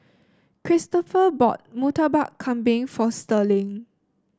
Kristopher bought Murtabak Kambing for Sterling